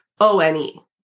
O-N-E